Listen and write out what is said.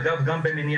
אגב גם במניעה.